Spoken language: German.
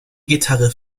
gitarre